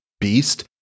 beast